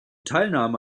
teilnahme